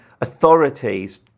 authorities